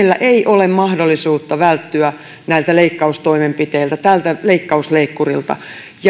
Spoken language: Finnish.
ole mahdollisuutta välttyä näiltä leikkaustoimenpiteiltä tältä leikkausleikkurilta